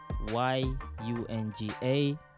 y-u-n-g-a